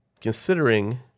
considering